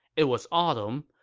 it was autumn,